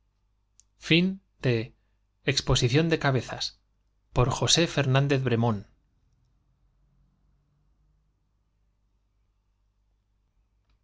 exposición de cabezas